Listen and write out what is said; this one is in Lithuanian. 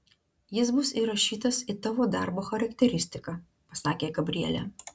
jis bus įrašytas į tavo darbo charakteristiką pasakė gabrielė